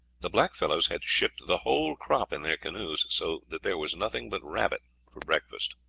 the blackfellows had shipped the whole crop in their canoes, so that there was nothing but rabbit for breakfast.